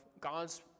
God's